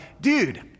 dude